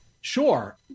Sure